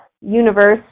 universe